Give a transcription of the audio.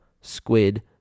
squid